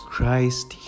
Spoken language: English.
Christ